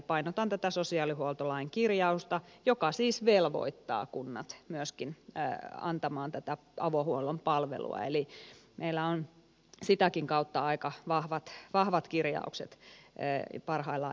painotan tätä sosiaalihuoltolain kirjausta joka siis velvoittaa kunnat myöskin antamaan tätä avohuollon palvelua eli meillä on sitäkin kautta aika vahvat kirjaukset parhaillaan eduskunnan käsittelyssä